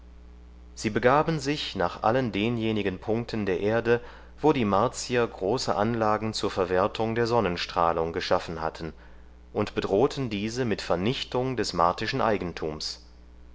sie begaben sich nach allen denjenigen punkten der erde wo die martier große anlagen zur verwertung der sonnenstrahlung geschaffen hatten und bedrohten diese mit vernichtung des martischen eigentums